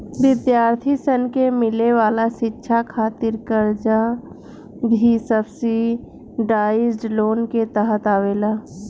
विद्यार्थी सन के मिले वाला शिक्षा खातिर कर्जा भी सब्सिडाइज्ड लोन के तहत आवेला